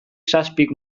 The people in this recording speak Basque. zazpik